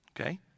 Okay